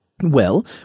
Well